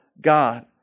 God